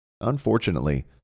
Unfortunately